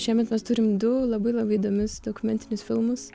šiemet mes turim du labai labai įdomius dokumentinius filmus